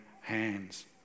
hands